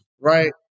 right